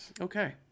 Okay